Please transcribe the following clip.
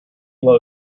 low